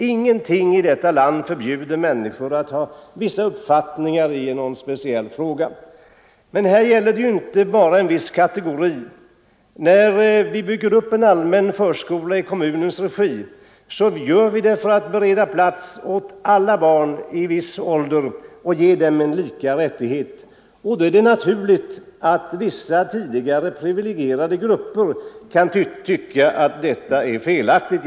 Ingenting i detta land förbjuder människor att ha vissa uppfattningar i en speciell fråga. Men här gäller det inte bara en viss kategori. När vi bygger upp en allmän förskola i kommunal regi gör vi det för att bereda plats åt alla barn i viss ålder och ge dem en lika rättighet. Då är det naturligt att vissa tidigare privilegierade grupper kan tycka att det är felaktigt.